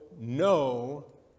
no